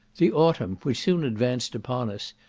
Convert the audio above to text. the autumn, which soon advanced upon us,